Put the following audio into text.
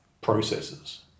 processes